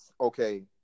okay